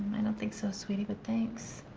i don't think so, sweetie, but thanks.